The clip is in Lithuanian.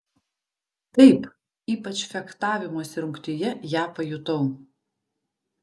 taip ypač fechtavimosi rungtyje ją pajutau